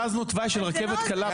11:02.